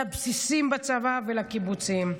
לבסיסים בצבא ולקיבוצים.